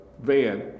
van